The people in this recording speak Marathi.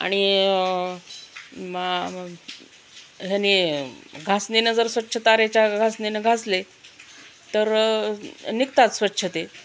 आणि मा ह्याने घासणीनं जर स्वच्छ तारेच्या घासणीनं घासले तर निघतात स्वच्छ ते